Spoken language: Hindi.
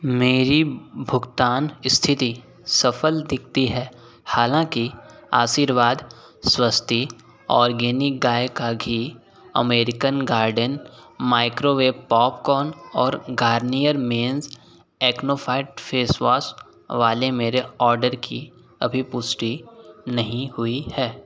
मेरी भुगतान स्थिति सफल दिखती है हालाँकि आशीर्वाद स्वस्ति ऑर्गेनिक गाय का घी अमेरिकन गार्डन माइक्रोवेव पॉपकॉर्न और Garnier men's acno fight face wash वाले मेरे आर्डर की अभी पुष्टि नहीं हुई है